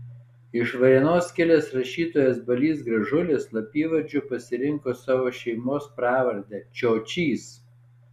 iš varėnos kilęs rašytojas balys gražulis slapyvardžiu pasirinko savo šeimos pravardę čiočys